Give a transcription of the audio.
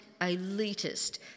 elitist